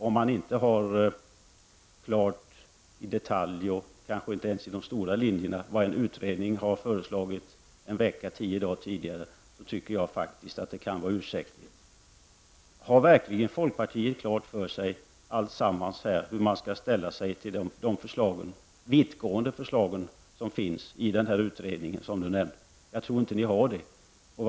Om man inte i detalj eller kanske inte ens i de stora linjerna har klart för sig vad denna utredning har föreslagit för en dryg vecka sedan, så tycker jag det är ursäktligt. Har verkligen folkpartiet klart för sig hur man skall ställa sig till de vittgående förslag som har lagts fram av utredningen? Jag tror inte att ni har det.